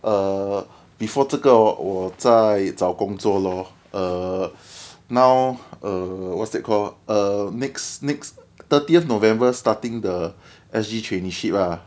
err before 这个我在找工作 lor err now err what's that called err next next thirtieth november starting the S_G traineeship ah